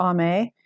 Ame